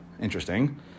interesting